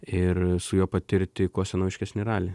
ir su juo patirti kuo senoviškesnį ralį